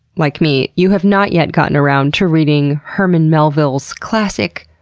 like me, you have not yet gotten around to reading herman melville's classic,